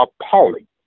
appalling